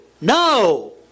no